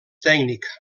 tècnic